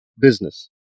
business